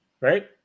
right